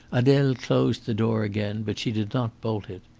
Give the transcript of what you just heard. adele closed the door again, but she did not bolt it.